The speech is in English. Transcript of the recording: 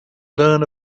learn